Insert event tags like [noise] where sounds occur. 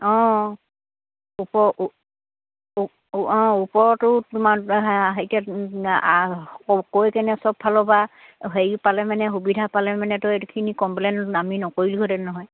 অঁ ওপৰ অঁ ওপৰতো তোমাৰ [unintelligible] এতিয়া আ কৈ কিনে সব ফালৰ পৰা হেৰি পালে মানে সুবিধা পালে মানেতো এইখিনি কমপ্লেইন আমি নকৰিলোহেঁতেন নহয়